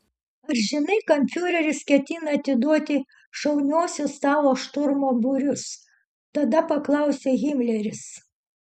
ar žinai kam fiureris ketina atiduoti šauniuosius tavo šturmo būrius tada paklausė himleris